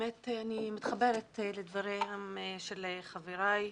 באמת אני מתחברת לדברים של חבריי.